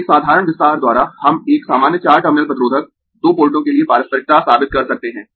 तो एक साधारण विस्तार द्वारा हम एक सामान्य चार टर्मिनल प्रतिरोधक 2 पोर्टों के लिए पारस्परिकता साबित कर सकते है